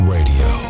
Radio